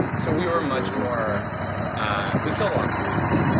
so we were much more we killed a lot more things.